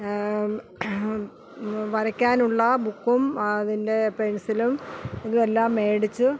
വരയ്ക്കാനുള്ള ബുക്കും അതിൻ്റെ പെൻസിലും ഇതും എല്ലാം മേടിച്ച്